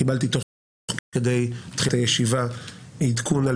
קיבלתי תוך כדי תחילת הישיבה עדכון על